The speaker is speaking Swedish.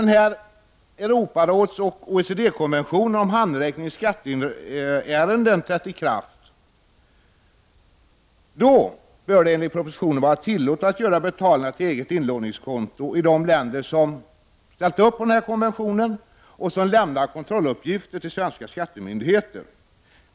När Europarådsoch OECD-konventionen om handräckning i skatteärenden trätt i kraft bör det, enligt propositionen, vara tillåtet att göra betalningar till eget inlåningskonto i de länder som godkänt konventionen och som lämnar kontrolluppgifter till svenska skattemyndigheter.